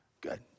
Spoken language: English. Good